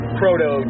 proto